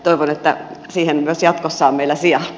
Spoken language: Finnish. toivon että siihen myös jatkossa on meillä sijaa